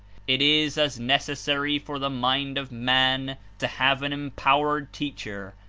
it is as necessary for the mind of man to have an em powered teacher,